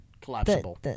Collapsible